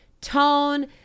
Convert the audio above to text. tone